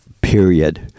period